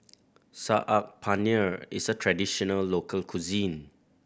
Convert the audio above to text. Saag Paneer is a traditional local cuisine